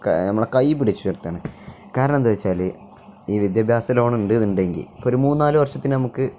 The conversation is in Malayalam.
നമ്മളെ കൈ പിടിച്ചുയര്ത്തുകയാണ് കാരണം എന്താണെന്നുവച്ചാല് ഈ വിദ്യാഭ്യാസ ലോണ് ഉണ്ട് എന്നുണ്ടെങ്കില് ഇപ്പോള് ഒരു മൂന്നുനാലു വർഷത്തിനു നമുക്ക്